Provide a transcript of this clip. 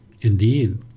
Indeed